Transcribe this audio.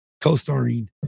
co-starring